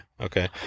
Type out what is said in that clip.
okay